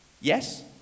Yes